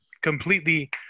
completely